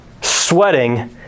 sweating